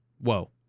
Whoa